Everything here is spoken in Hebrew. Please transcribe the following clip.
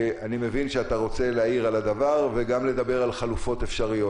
אני מבין שאתה רוצה להעיר על הדבר וגם לדבר על חלופות אפשריות.